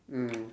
mm